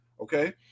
okay